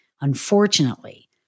Unfortunately